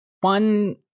one